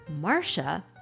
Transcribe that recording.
Marsha